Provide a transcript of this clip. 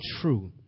true